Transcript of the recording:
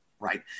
Right